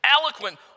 eloquent